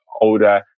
older